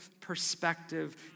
perspective